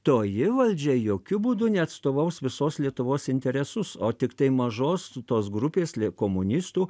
toji valdžia jokiu būdu neatstovaus visos lietuvos interesus o tiktai mažos tos grupės lietkomunistų